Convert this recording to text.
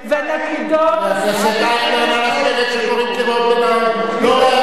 את מייצגת את הישראלים הרעים.